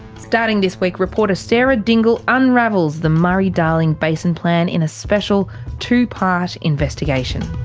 starting this week, reporter sarah dingle unravels the murray-darling basin plan in a special two-part investigation.